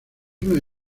una